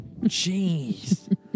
Jeez